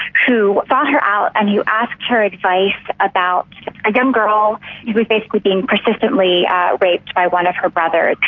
who sought her out and who asked her advice about a young girl who was basically being persistently raped by one of her brothers.